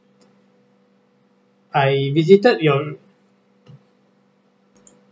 I visited your